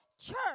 Church